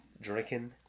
Drinking